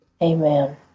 Amen